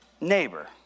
neighbor